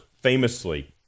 famously